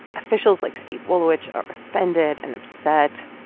officials like steve wolowicz are offended and upset.